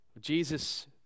Jesus